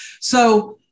so-